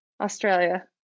Australia